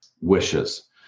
wishes